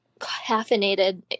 caffeinated